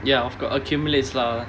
ya of course accumulates lah